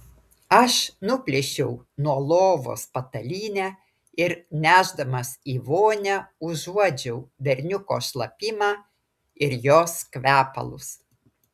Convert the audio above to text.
aš nuplėšiau nuo lovos patalynę ir nešdamas į vonią užuodžiau berniuko šlapimą ir jos kvepalus